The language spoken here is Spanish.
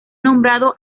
nombrado